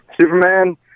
Superman